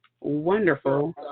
wonderful